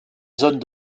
zones